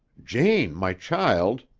jane, my child,